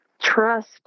trust